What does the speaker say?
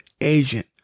agent